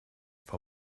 for